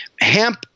hemp